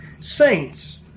saints